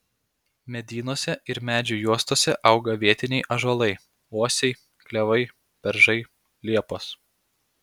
medynuose ir medžių juostose auga vietiniai ąžuolai uosiai klevai beržai liepos